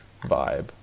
vibe